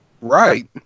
Right